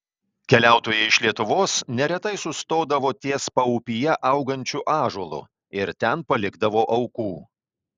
keliautojai iš lietuvos neretai sustodavo ties paupyje augančiu ąžuolu ir ten palikdavo aukų